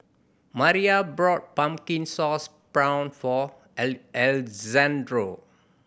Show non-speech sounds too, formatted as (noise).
Miriah brought pumpkin sauce prawn for (unintelligible) Alejandro